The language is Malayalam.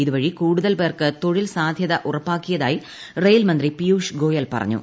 ഇതുവഴി കൂടുതൽ പേർക്ക് തൊഴിൽസാധ്യത ഉറപ്പാക്കിയതായി റെയിൽ മന്ത്രി പിയൂഷ് ഗോയൽ പറഞ്ഞു